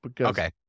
Okay